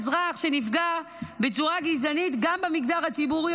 אזרח שנפגע מגזענות גם במגזר הציבורי,